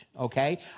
okay